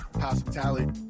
Hospitality